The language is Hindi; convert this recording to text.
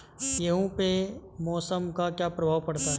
गेहूँ पे मौसम का क्या प्रभाव पड़ता है?